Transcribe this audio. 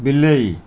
ବିଲେଇ